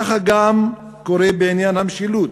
ככה גם קורה בעניין המשילות.